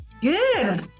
Good